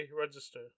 register